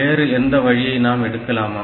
வேறு சிறந்த வழியை நாம் எடுக்கலாமா